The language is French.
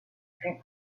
fut